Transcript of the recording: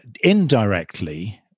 indirectly